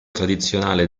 tradizionale